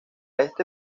este